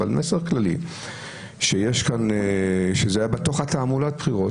אבל מסר כללי שזה בתוך תעמולת הבחירות,